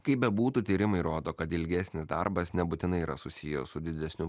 kaip bebūtų tyrimai rodo kad ilgesnis darbas nebūtinai yra susijęs su didesniu